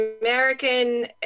American